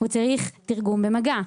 והוא צריך תרגום במגע.